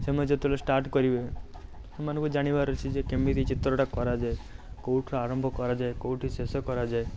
ସେମାନେ ଯେତେବେଳେ ଷ୍ଟାର୍ଟ କରିବେ ସେମାନଙ୍କୁ ଜାଣିବାର ଅଛି ଯେ କେମିତି ଚିତ୍ରଟା କରାଯାଏ କେଉଁଠାରୁ ଆରମ୍ଭ କରାଯାଏ କେଉଁଠି ଶେଷ କରାଯାଏ